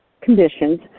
conditions